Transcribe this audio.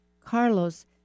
Carlos